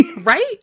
right